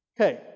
Okay